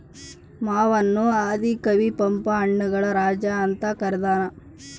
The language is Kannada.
ಮಾವನ್ನು ಆದಿ ಕವಿ ಪಂಪ ಹಣ್ಣುಗಳ ರಾಜ ಅಂತ ಕರದಾನ